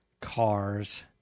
cars